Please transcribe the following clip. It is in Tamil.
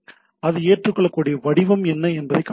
அது ஏற்றுக்கொள்ளக்கூடிய வடிவம் என்ன என்பதை இது காட்டுகிறது